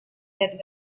that